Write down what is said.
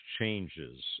changes